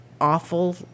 awful